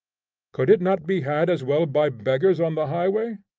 could it not be had as well by beggars on the highway?